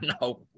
No